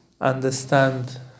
understand